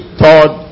third